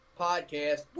podcast